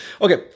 Okay